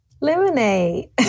Lemonade